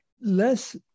less